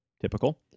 Typical